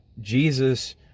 Jesus